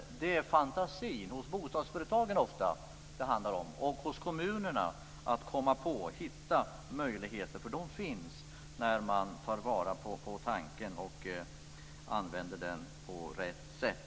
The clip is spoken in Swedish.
Oftast handlar det om fantasi hos bostadsföretagen och kommunerna att komma på och hitta möjligheter, för de finns när man tar vara på tanken och använder den på rätt sätt.